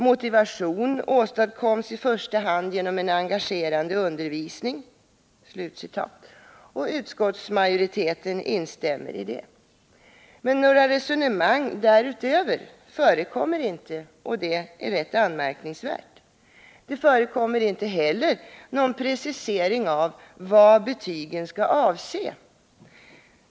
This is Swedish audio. Motivation åstadkommes i första hand genom en engagerande undervisning.” Utskottsmajoriteten instämmer i detta. Men några resonemang därutöver förekommer inte, vilket är anmärkningsvärt. Det förekommer inte heller någon precisering av vad betygen skall avse.